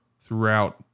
throughout